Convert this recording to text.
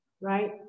right